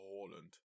Holland